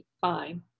fine